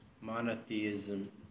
monotheism